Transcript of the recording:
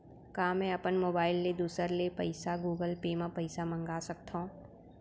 का मैं अपन मोबाइल ले दूसर ले पइसा गूगल पे म पइसा मंगा सकथव?